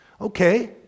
Okay